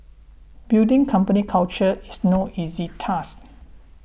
building company culture is no easy task